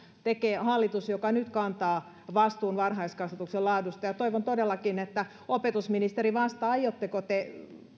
tekee hallitus joka nyt kantaa vastuun varhaiskasvatuksen laadusta toivon todellakin että opetusministeri vastaa aiotteko te